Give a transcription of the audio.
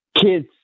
kids